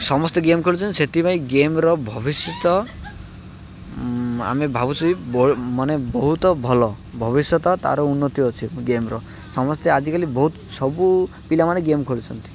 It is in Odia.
ସମସ୍ତେ ଗେମ୍ ଖେଳୁଛନ୍ତି ସେଥିପାଇଁ ଗେମ୍ର ଭବିଷ୍ୟତ ଆମେ ଭାବୁଛୁ ମାନେ ବହୁତ ଭଲ ଭବିଷ୍ୟତ ତା'ର ଉନ୍ନତି ଅଛି ଗେମ୍ର ସମସ୍ତେ ଆଜିକାଲି ବହୁତ ସବୁ ପିଲାମାନେ ଗେମ୍ ଖେଳୁଛନ୍ତି